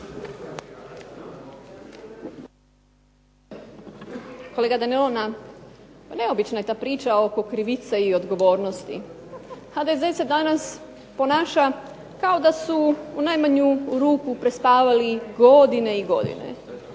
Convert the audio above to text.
Kolega Denona, pa neobična je ta priča oko krivice i odgovornosti. HDZ se danas ponaša kao da su u najmanju ruku prespavali godine i godine,